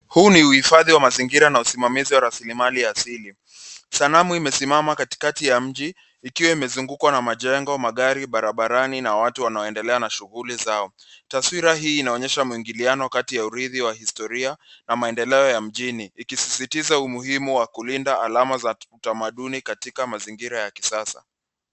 Huu ni uhifadhi wa mazingira na usimamizi wa rasilimali asili. Sanamu imesimama katikati ya mji ikiwa imezungukwa na majengo, magari, barabarani na watu wanaoendelea na shuguli zao. Taswira hii inaonyesha mwingiliano kati ya urithi wa historia na maendeleo ya mjini ikisisitiza umuhimu wa kulinda alama za utamaduni katika mazingira ya kisasa.